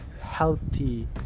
healthy